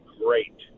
great